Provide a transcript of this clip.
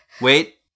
wait